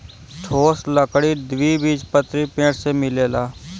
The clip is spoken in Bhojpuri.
ठोस लकड़ी द्विबीजपत्री पेड़ से मिलेला